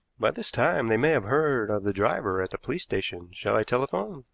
by this time they may have heard of the driver at the police station. shall i telephone?